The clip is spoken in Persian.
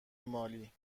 مالی